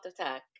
attack